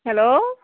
hello